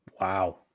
wow